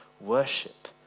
worship